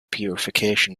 purification